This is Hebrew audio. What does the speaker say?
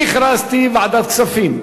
כספים.